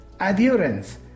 adherence